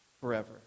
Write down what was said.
forever